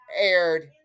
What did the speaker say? aired